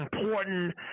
important